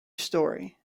story